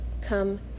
come